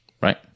right